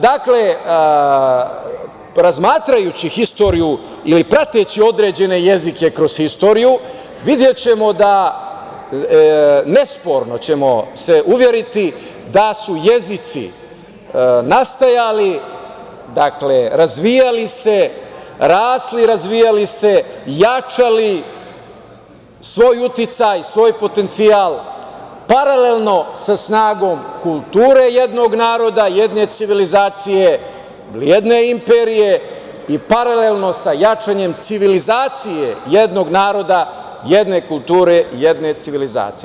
Dakle, razmatrajući istoriju ili prateći određene jezike kroz istoriju, videćemo da, nesporno ćemo se uveriti da su jezici nastajali, razvijali se, rasli i razvijali se, jačali svoj uticaj, svoj potencijal paralelno sa snagom kulture jednog naroda, jedne civilizacije, jedne imperije i paralelno sa jačanjem civilizacije jednog naroda, jedne kulture, jedne civilizacije.